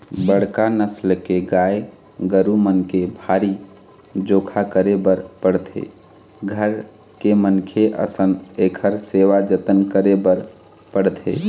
बड़का नसल के गाय गरू मन के भारी जोखा करे बर पड़थे, घर के मनखे असन इखर सेवा जतन करे बर पड़थे